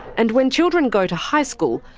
and when children go to high school,